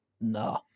No